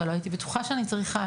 אבל לא הייתי בטוחה שאני צריכה.